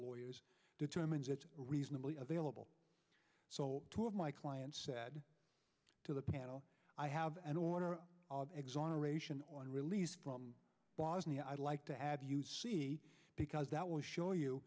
lawyers determines it reasonably available so two of my clients said to the panel i have an order of exoneration on release from bosnia i'd like to have you see because that will show you